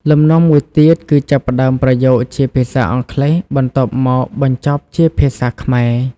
លំនាំមួយទៀតគឺចាប់ផ្តើមប្រយោគជាភាសាអង់គ្លេស បន្ទាប់មកបញ្ចប់ជាភាសាខ្មែរ។